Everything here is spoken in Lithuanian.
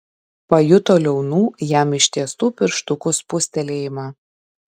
pajuto liaunų jam ištiestų pirštukų spustelėjimą